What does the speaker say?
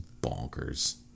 bonkers